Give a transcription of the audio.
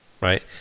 right